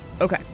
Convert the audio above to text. okay